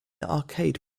arcade